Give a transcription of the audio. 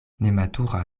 nematura